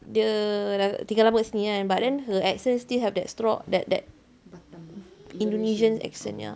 dia dah tinggal lama dekat sini kan but then her accent still have that stro~ that that indonesian accent ya